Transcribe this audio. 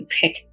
pick